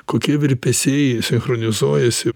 kokie virpesiai sinchronizuojasi